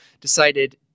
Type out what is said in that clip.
decided